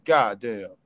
Goddamn